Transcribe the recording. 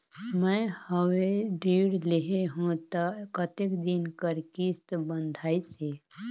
मैं हवे ऋण लेहे हों त कतेक दिन कर किस्त बंधाइस हे?